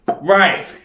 Right